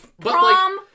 prom